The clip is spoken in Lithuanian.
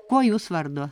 kuo jūs vardu